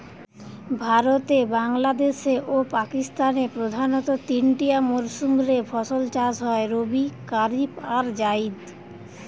ভারতে, বাংলাদেশে ও পাকিস্তানে প্রধানতঃ তিনটিয়া মরসুম রে ফসল চাষ হয় রবি, কারিফ আর জাইদ